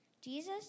Jesus